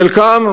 חלקם,